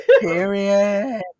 period